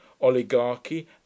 oligarchy